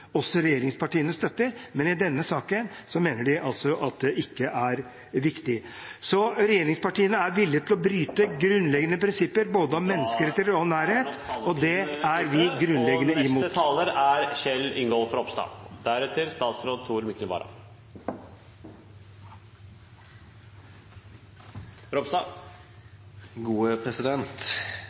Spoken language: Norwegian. også regjeringspartiene støtter, men i denne saken mener de altså at det ikke er riktig. Regjeringspartiene er villige til å bryte grunnleggende prinsipper når det gjelder både menneskerettigheter og nærhet, og det er vi grunnleggende imot.